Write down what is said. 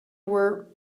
were